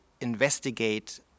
investigate